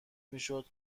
میشد